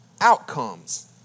outcomes